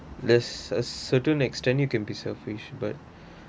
there's there's certain extent you can be selfish but